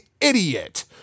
idiot